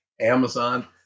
Amazon